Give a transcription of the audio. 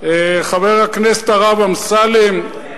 חבר הכנסת הרב אמסלם,